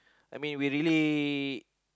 I mean we're really